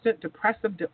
depressive